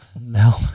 No